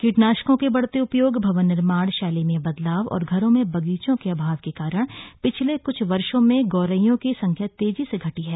कीटनाशकों के बढ़ते उपयोग भवन निर्माण शैली में बदलाव और घरों में बगीचों के अभाव के कारण पिछले क्छ वर्षो में गोरैयों की संख्या तेजी से घटी है